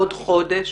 עוד חודש?